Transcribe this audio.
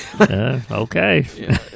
Okay